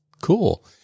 Cool